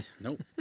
Nope